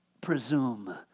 presume